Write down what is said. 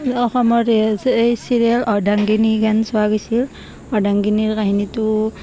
অসমৰ ৰিয়েলচি ছিৰিয়েল অৰ্ধাংগিনীখন চোৱা গৈছিল অৰ্ধাংগিনীৰ কাহিনীটো